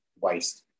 waste